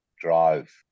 drive